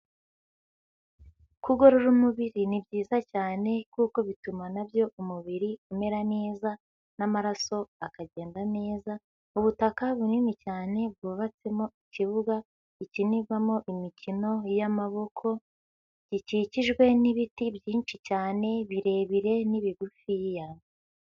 Kugorora umubiri ni byiza cyane kuko bituma na byo umubiri umera neza n'amaraso akagenda neza, ubutaka bunini cyane bwubatsemo ikibuga gikinirwamo imikino y'amaboko gikikijwe n'ibiti byinshi cyane birebire n'ibigufiya.